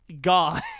God